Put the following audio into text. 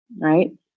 Right